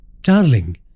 Darling